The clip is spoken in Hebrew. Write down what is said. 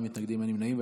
אין מתנגדים ואין נמנעים.